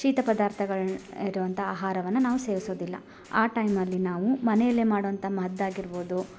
ಶೀತ ಪದಾರ್ಥಗಳು ಇರುವಂಥಾ ಆಹಾರವನ್ನ ನಾವು ಸೇವಿಸೋದಿಲ್ಲ ಆ ಟೈಮಲ್ಲಿ ನಾವು ಮನೆಯಲ್ಲೇ ಮಾಡುವಂಥಾ ಮದ್ದಾಗಿರ್ಬೋದು